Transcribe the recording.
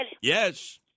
Yes